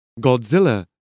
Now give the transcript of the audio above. Godzilla